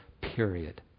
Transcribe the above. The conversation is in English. period